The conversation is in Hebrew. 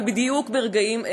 אבל בדיוק ברגעים אלו,